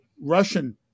Russian